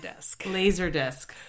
Laserdisc